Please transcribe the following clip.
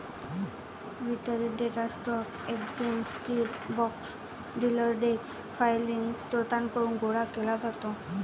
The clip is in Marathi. वितरित data stock exchange feed, brokers, dealer desk filing स्त्रोतांकडून गोळा केला जातो